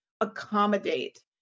accommodate